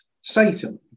Satan